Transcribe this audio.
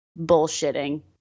bullshitting